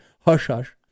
hush-hush